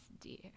dear